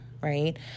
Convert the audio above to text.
right